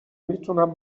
میتونم